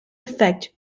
effect